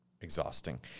exhausting